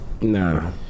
Nah